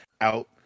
out